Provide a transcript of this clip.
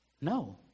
No